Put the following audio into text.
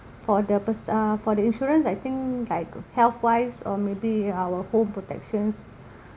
for the pers~ uh for the insurance I think like health wise or maybe our home protections